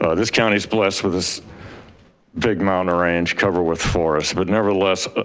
ah this county's blessed with this big mountain range covered with forest. but nevertheless,